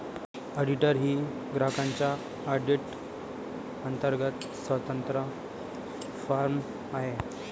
auditor ही ग्राहकांच्या audit अंतर्गत स्वतंत्र फर्म आहे